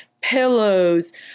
pillows